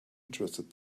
interested